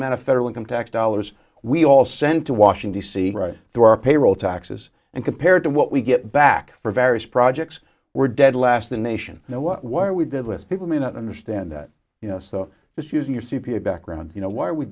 amount of federal income tax dollars we all sent to washington d c right through our payroll taxes and compared to what we get back for various projects we're dead last the nation where we did with people may not understand that you know so this use your c p a background you know why we